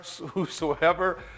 Whosoever